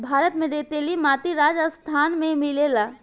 भारत में रेतीली माटी राजस्थान में मिलेला